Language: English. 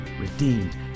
redeemed